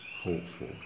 hopeful